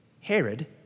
Herod